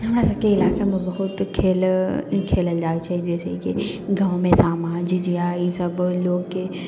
हमर सभके इलाकामे बहुत खेल खेलल जाइ छै जैसे कि गाँवमे सामा झिझिया ई सभ लोकके